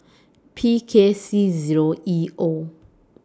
P K C Zero E O